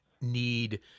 need